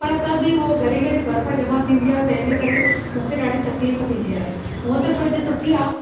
पर त बि हो घड़ी घड़ी बर्फ़ जमा थींदी आहे तंहिंजे करे मूंखे ॾाढी तकलीफ़ थींदी आहे हूअं त फ्रिज सुठी आहे